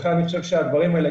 לכן אני חושב שהדברים האלה,